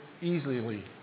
easily